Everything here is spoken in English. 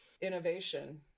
innovation